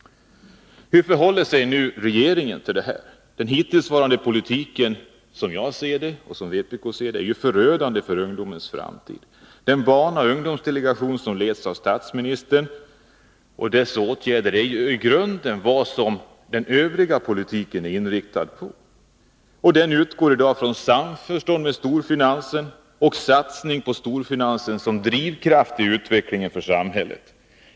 Hur förhåller sig nu regeringen till detta? Den hittillsvarande politiken, som jag och vpk ser den, har varit förödande för ungdomens framtid. Den barnoch ungdomsdelegation som leds av statsministern är i hög grad styrd av vad den övriga politiken är inriktad på. Den utgår i dag från ett samförstånd med storfinansen och satsar på storfinansen såsom drivkraft för samhällsutvecklingen.